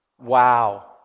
Wow